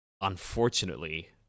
unfortunately